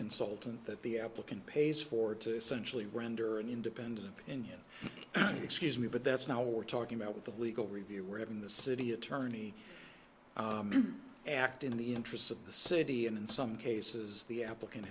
consultant that the applicant pays for to essentially render an independent opinion excuse me but that's now we're talking about the legal review we're having the city attorney act in the interests of the city and in some cases the applicant